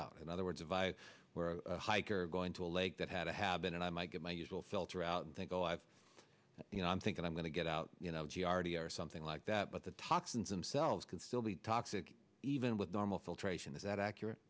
out in other words if i were a hiker going to a lake that had a habit and i might get my usual filter out they go i've you know i'm thinking i'm going to get out you know g already or something like that but the toxins in cells could still be toxic even with normal filtration is that accurate